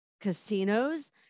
casinos